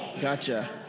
Gotcha